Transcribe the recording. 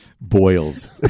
boils